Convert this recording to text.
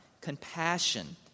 compassion